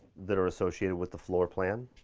that are associated with the floor plan.